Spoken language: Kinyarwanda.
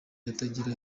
atagira